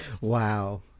Wow